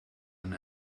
and